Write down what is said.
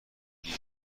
گیر